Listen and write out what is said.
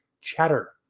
chatter